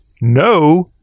no